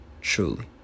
truly